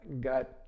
got